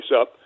up